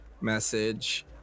message